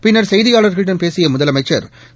பின்னா் செய்தியாள்களிடம் பேசியமுதலமைச்சா்